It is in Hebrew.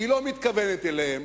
היא לא מתכוונת אליהם,